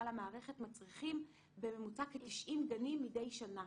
למערכת מצריך בממוצע כ-90 גנים מדי שנה,